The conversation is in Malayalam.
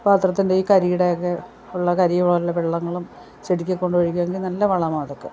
പാത്രത്തിൻ്റെ ഈ കരീടെയൊക്കെ ഉള്ള കരി പോലുള്ള വെള്ളങ്ങളും ചെടിക്കൊക്കെ കൊണ്ടൊഴിക്കാങ്കിൽ നല്ല വളമാണ് അതൊക്കെ